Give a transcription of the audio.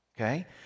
Okay